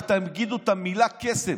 רק תגידו את מילת הקסם: